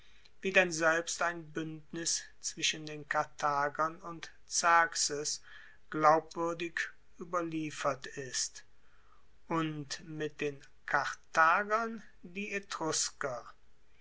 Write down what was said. wie denn selbst ein buendnis zwischen den karthagern und xerxes glaubwuerdig ueberliefert ist und mit den karthagern die